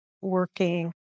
working